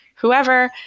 whoever